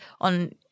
on